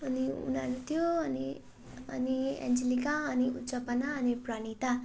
अनि उनीहरू थियो अनि अनि एन्जेलिका अनि ऊ सपना अनि प्रणीता